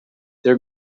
their